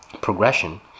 progression